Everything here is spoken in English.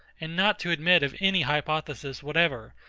and not to admit of any hypothesis whatever,